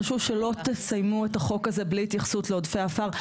חשוב שלא תסיימו את החוק הזה בלי התייחסות לעודפי עפר.